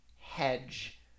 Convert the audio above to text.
hedge